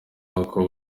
nuko